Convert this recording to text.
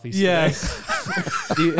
Yes